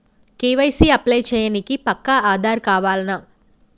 KYC apply చేయనీకి పక్కా ఆధార్ కావాల్నా?